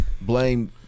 Blame